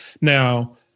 Now